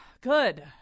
Good